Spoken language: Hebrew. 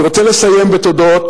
אני רוצה לסיים בתודות